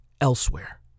elsewhere